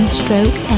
stroke